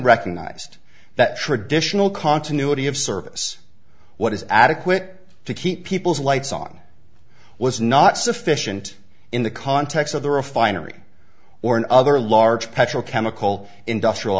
recognized that traditional continuity of service what is adequate to keep people's lights on was not sufficient in the context of the refinery or other large petrochemical industrial